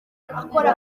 akora